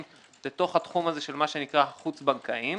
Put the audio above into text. לתוך התחום הזה שנקרא "חוץ בנקאיים",